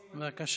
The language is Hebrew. אלי.